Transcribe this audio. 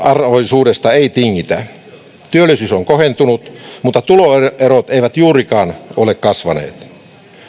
arvoisuudesta ei tingitä työllisyys on kohentunut mutta tuloerot eivät juurikaan ole kasvaneet